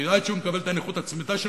כי הרי עד שהוא מקבל את הנכות הצמיתה שלו,